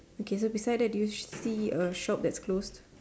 okay so beside that do you see a shop that's closed